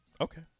okay